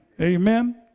Amen